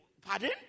pardon